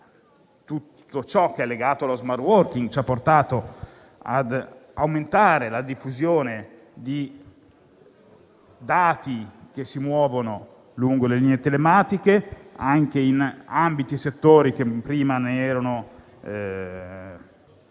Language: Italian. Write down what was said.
tutto ciò che è legato allo *smart* *working* ci ha portato ad aumentare la diffusione di dati che si muovono lungo le linee telematiche anche in settori che prima ne erano